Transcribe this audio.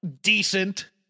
decent